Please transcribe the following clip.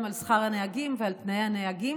גם שכר הנהגים ותנאי הנהגים,